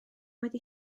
wedi